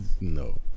No